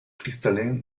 cristallin